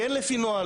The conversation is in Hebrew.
כן לפי נוהל,